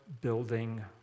building